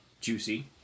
Juicy